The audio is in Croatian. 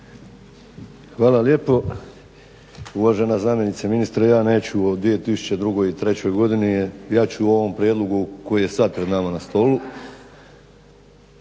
Hvala lijepo. Uvažena zamjenice ministra, ja neću od 2002. i '03. godini, ja ću o ovom prijedlogu koji je sada pred nama na stolu.